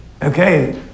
Okay